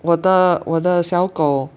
我的我的小狗